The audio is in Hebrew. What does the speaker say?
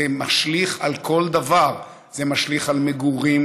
זה משליך על כל דבר: זה משליך על מגורים,